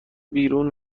بیرون